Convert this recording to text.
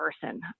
person